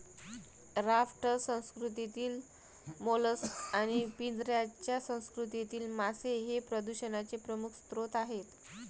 raft संस्कृतीतील mollusc आणि पिंजऱ्याच्या संस्कृतीतील मासे हे प्रदूषणाचे प्रमुख स्रोत आहेत